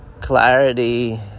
clarity